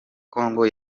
kongo